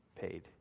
paid